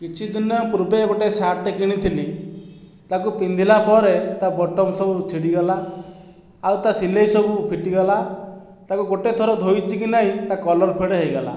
କିଛି ଦିନ ପୂର୍ବେ ଗୋଟିଏ ଶାର୍ଟଟିଏ କିଣିଥିଲି ତାକୁ ପିନ୍ଧିଲା ପରେ ତା ବଟମ ସବୁ ଛିଡ଼ିଗଲା ଆଉ ତା ସିଲେଇ ସବୁ ଫିଟିଗଲା ତାକୁ ଗୋଟିଏ ଥର ଧୋଇଛି କି ନାହିଁ ତା କଲର ଫେଡ଼ ହୋଇଗଲା